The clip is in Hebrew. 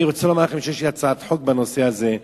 אני רוצה לומר לכם שיש לי הצעת חוק בנושא הזה.